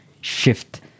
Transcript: shift